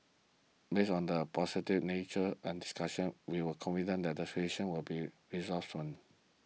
based on the positive nature and discussions we are confident that this situation will be resolved soon